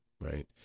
right